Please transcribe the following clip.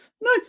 No